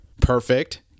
perfect